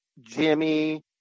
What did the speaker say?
Jimmy